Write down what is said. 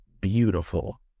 beautiful